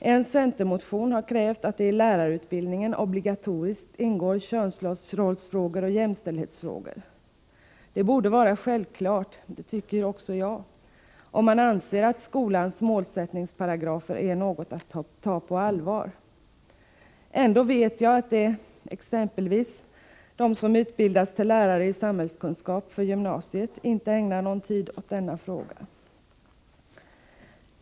I en centermotion krävs att det i lärarutbildningen obligatoriskt skall ingå undervisning i könsrollsoch jämställdhetsfrågor. Det tycker också jag bör vara en självklarhet, om man anser att skolans målsättningsparagrafer är något att ta på allvar. Ändå vet jag att exempelvis de som utbildas till gymnasielärare i exempelvis samhällskunskap inte ägnar denna fråga någon tid.